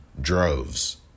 droves